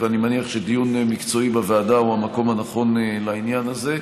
ואני מניח שדיון מקצועי בוועדה הוא המקום הנכון לעניין הזה.